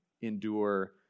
endure